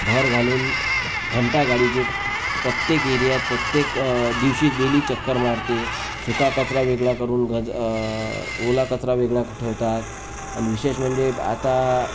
भर घालून घंटागाडीची प्रत्येक एरियात प्रत्येक दिवशी डेली चक्कर मारते सुका कचरा वेगळा करून गज् ओला कचरा वेगळा ठेवतात आणि विशेष म्हणजे आता